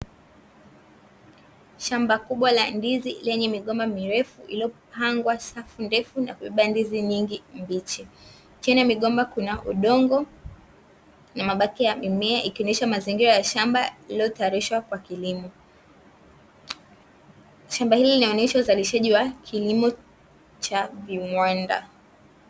Shamba kubwa la ndizi lenye migomba mirefu lililopangwa safu ndefu na kubeba ndizi nyingi mbichi. Chini ya migomba kuna udongo na mabaki ya mimea ikionesha mazingira ya shamba lililotayarishwa kwa kilimo. Shamba hili linaonesha uzalishaji wa kilimo cha viwanda.